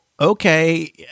okay